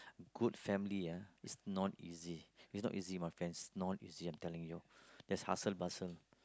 good family ya is not easy you know easy my friends not easy I'm telling you there's hustle bustle